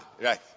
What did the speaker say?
Right